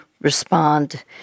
respond